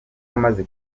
amaze